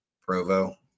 Provo